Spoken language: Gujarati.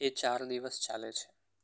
એ ચાર દિવસ ચાલે છે